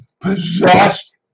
possessed